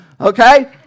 Okay